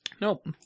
Nope